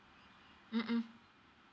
mmhmm